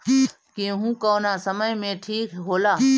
गेहू कौना समय मे ठिक होला?